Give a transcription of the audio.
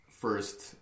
first